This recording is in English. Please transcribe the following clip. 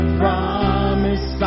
promise